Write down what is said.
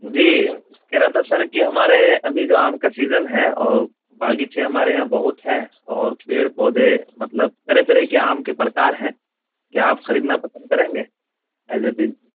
جی کہہ رہا تھا سر کہ ہمارے ابھی جو آم کا سیزن ہے اور باگیچے ہمارے یہاں بہت ہیں اور پیڑ پودے مطلب طرح طرح کے آم کے پرکار ہیں کیا آپ خریدنا پسند کریں گے ایز اے بل